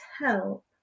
help